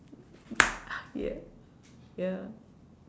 yeah yeah